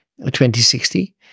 2060